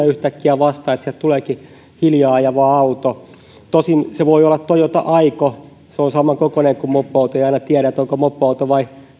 yhtäkkiä vastaan että sieltä tuleekin hiljaa ajava auto tosin se voi olla toyota aygo se on samankokoinen kuin mopoauto eikä aina tiedä onko mopoauto vai